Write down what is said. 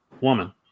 woman